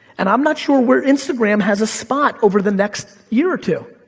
and i'm not sure where instagram has a spot over the next year or two.